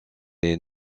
est